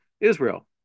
Israel